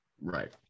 right